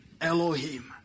Elohim